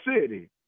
City